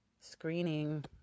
screening